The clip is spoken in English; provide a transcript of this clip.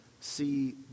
see